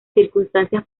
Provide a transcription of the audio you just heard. circunstancias